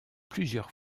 plusieurs